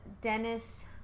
Dennis